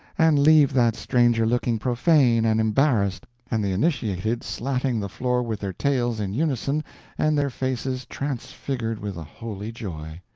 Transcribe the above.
and leave that stranger looking profane and embarrassed, and the initiated slatting the floor with their tails in unison and their faces transfigured with a holy joy.